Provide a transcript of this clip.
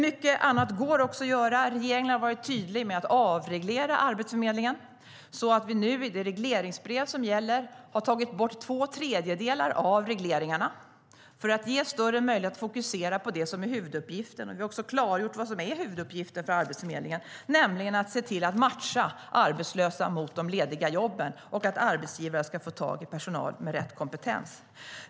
Mycket annat går också att göra. Regeringen har varit tydlig med att avreglera Arbetsförmedlingen. I det regleringsbrev som gäller har vi tagit bort två tredjedelar av regleringarna för att ge större möjlighet att fokusera på det som är huvuduppgiften. Vi har också klargjort vad som är huvuduppgiften för Arbetsförmedlingen, nämligen att matcha arbetslösa mot de lediga jobben så att arbetsgivare ska få tag i personal med rätt kompetens.